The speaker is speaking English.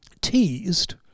teased